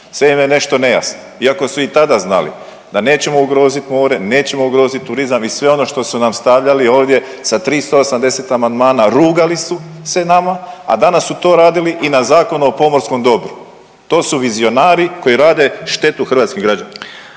sve im je nešto nejasno iako su i tada znali da nećemo ugroziti more, nećemo ugroziti turizam i sve ono što su nam stavljali ovdje sa 380 amandmana, rugali su se nama, a danas tu to radili i na Zakonu o pomorskom dobru. To su vizionari koji rade štetu hrvatskim građanima.